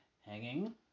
hanging